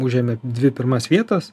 užėmė dvi pirmas vietas